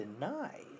deny